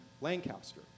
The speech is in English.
Lancaster